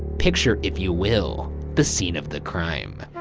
picture if you will the scene of the crime.